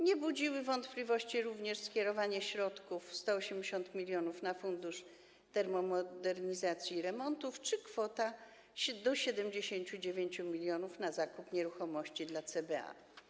Nie budziło wątpliwości również skierowanie środków w kwocie 180 mln na Fundusz Termomodernizacji i Remontów czy kwoty do 79 mln na zakup nieruchomości dla CBA.